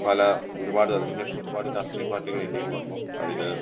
പല ഒരുപാട് അതിന് ശേഷം ഒരുപാട് രാഷ്ട്രീയ പാർട്ടികൾ ഇന്ത്യയിൽ വന്നു അതിൽ